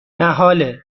محاله